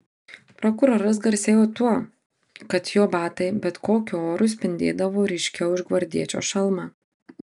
prokuroras garsėjo tuo kad jo batai bet kokiu oru spindėdavo ryškiau už gvardiečio šalmą